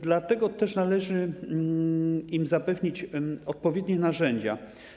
Dlatego też należy zapewnić im odpowiednie narzędzia.